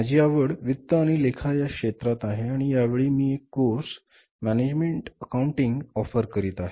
माझी आवड वित्त आणि लेखा या क्षेत्रात आहे आणि यावेळी मी एक कोर्स मॅनेजमेंट अकाउंटिंग ऑफर करीत आहे